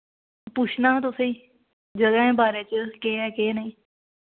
पुच्छना हा तुसेंगी जगहें दे बारे च केह् ऐ केह् नेईं